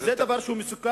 וזה דבר מסוכן,